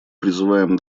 призываем